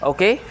Okay